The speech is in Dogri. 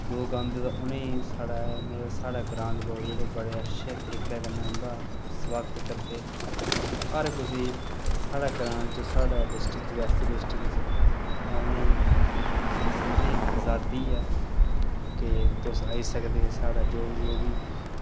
लोक आंदे तां उ'नें गी मतलब साढ़े ग्रांऽ दे लोक बड़े अच्छे तरीके कन्नै उं'दा सोआगत करदे हर कुसै ई साढ़े ग्रांऽ च साढ़े डिस्ट्रिक च रियासी डिस्ट्रिक च औने ई सभनें गी आजादी ऐ के तुस आई सकदे साढ़े जो जो बी